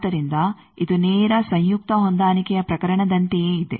ಆದ್ದರಿಂದ ಇದು ನೇರ ಸಂಯುಕ್ತ ಹೊಂದಾಣಿಕೆಯ ಪ್ರಕರಣದಂತೆಯೇ ಇದೆ